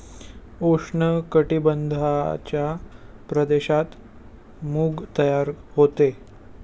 उष्ण कटिबंधाच्या प्रदेशात मूग तयार होते